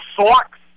Socks